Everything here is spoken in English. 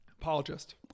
Apologist